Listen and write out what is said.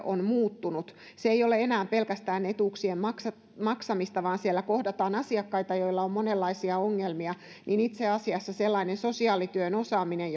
on muuttunut se ei ole enää pelkästään etuuksien maksamista maksamista vaan siellä kohdataan asiakkaita joilla on monenlaisia ongelmia niin itse asiassa sellainen sosiaalityön osaaminen